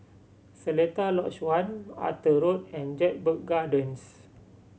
Seletar Lodge One Arthur Road and Jedburgh Gardens